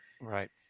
Right